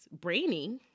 Brainy